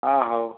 ହଁ ହଉ